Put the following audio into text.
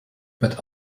but